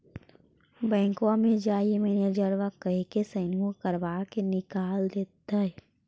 बैंकवा मे जाहिऐ मैनेजरवा कहहिऐ सैनवो करवा के निकाल देहै?